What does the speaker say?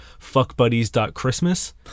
fuckbuddies.christmas